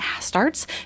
starts